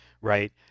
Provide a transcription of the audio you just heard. Right